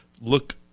look